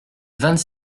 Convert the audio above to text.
vingt